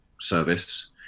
service